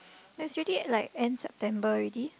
it's already like end September already